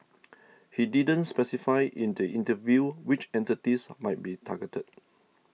he didn't specify in the interview which entities might be targeted